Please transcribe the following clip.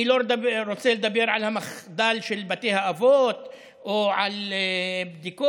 אני לא רוצה לדבר על המחדל של בתי האבות או על בדיקות,